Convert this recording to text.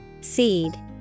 Seed